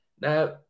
Now